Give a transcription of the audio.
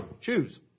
choose